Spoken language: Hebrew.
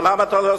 אבל למה אתה לא,